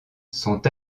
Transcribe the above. sont